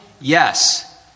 Yes